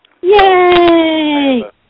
Yay